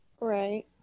Right